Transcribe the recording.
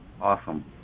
awesome